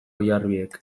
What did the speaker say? oiarbidek